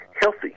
healthy